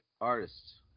artists